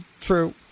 True